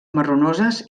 marronoses